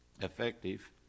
effective